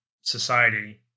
society